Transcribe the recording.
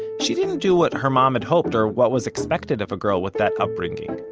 she didn't do what her mom had hoped, or what was expected of a girl with that upbringing.